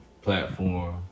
platform